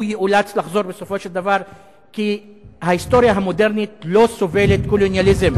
יאולץ לחזור בסופו של דבר כי ההיסטוריה המודרנית לא סובלת קולוניאליזם.